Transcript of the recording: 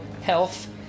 health